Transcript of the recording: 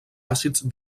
àcids